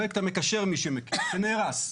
פרויקט המקשר מי שמכיר, שנהרס.